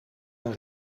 een